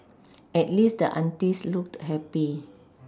at least the aunties looked happy